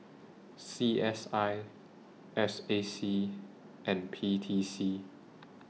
C S I S A C and P T C